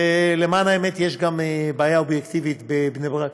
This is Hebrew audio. ולמען האמת יש גם בעיה אובייקטיבית בבני ברק,